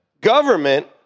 Government